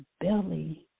belly